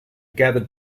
gathered